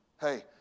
Hey